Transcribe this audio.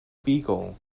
beagle